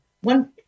one